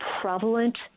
prevalent